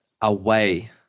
away